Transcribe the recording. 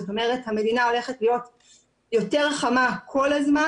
זאת אומרת, המדינה הולכת להיות יותר חמה כל הזמן.